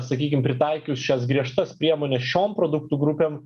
sakykim pritaikius šias griežtas priemones šiom produktų grupėm